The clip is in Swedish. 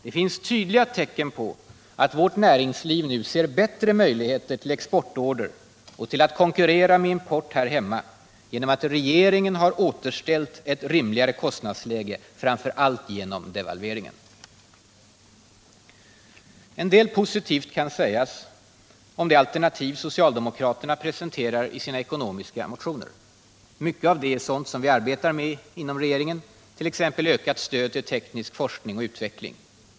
Det finns tydliga tecken på att vårt näringsliv nu ser bättre möjligheter till exportorder och till att konkurrera med import här hemma genom att regeringen har återställt ett rimligare kostnadsläge, framför allt genom devalveringen. En del positivt kan sägas om det alternativ socialdemokraterna presenterar i sina ekonomiska motioner. Mycket av det är sådant som vi arbetar med inom regeringen, t.ex. ökat stöd till teknisk forskning och utveckling.